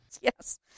Yes